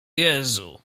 jezu